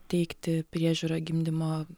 teikti priežiūrą gimdymo